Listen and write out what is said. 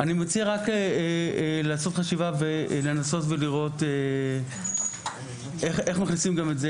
אני מציע לעשות חשיבה ולנסות לראות איך מחילים את